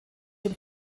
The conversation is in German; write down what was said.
dem